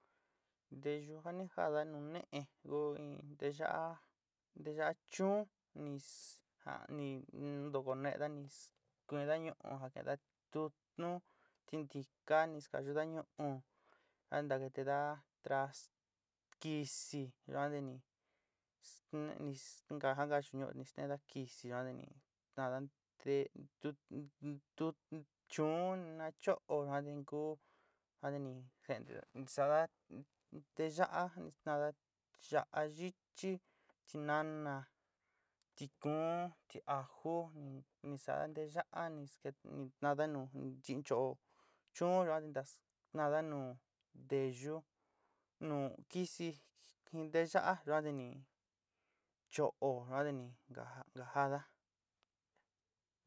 Nteyu ja ni jaáda nu ne'é ku in nteyá nteyá chuún ni sja ni ntokó needá nis keeda ñu'u ja kinda tutnú tintiká ni skayuda ñu'u, kanta kitidá tras kɨsi yuan te ni sneé nis kajaná yu ñuú ni steenda kɨsiná te ni tanda chuún na cho'o yuan te ni kú yuan te ni jeénte saada nte yaá a ni tandaá yaá yichí, tinána, tikuún, tiáju, ni sa'ada nteyá'a nis ket ni tándaa taánda ni tin cho'o chuún yuan te tas naada nu nteyu nu kɨsi jin nte yaá yuan te ni cho'o yuan te ni ka ja'ada.